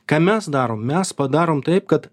ką mes darom mes padarom taip kad